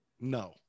No